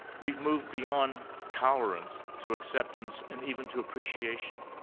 we've moved beyond tolerance to acceptance and even to appreciation.